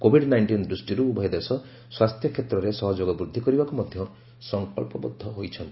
Covid nineteen ଦୃଷ୍ଟିରୁ ଉଭୟ ଦେଶ ସ୍ୱାସ୍ଥ୍ୟ କ୍ଷେତ୍ରରେ ସହଯୋଗ ବୃଦ୍ଧି କରିବାକୁ ମଧ୍ୟ ସଙ୍କଚ୍ଚବଦ୍ଧ ହୋଇଛନ୍ତି